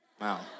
Wow